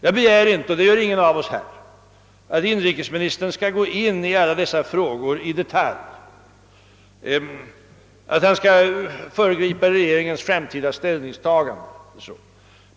Jag kräver inte — och det gör ingen av oss här — att inrikesministern skall gå in på alla dessa frågor i detalj eller att han skall föregripa regeringens framtida ställningstagande.